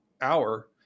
hour